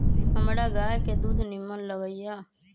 हमरा गाय के दूध निम्मन लगइय